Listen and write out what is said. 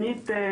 שנית,